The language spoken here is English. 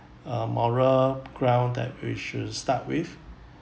uh moral ground that we should start with